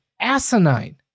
asinine